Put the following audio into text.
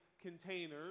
containers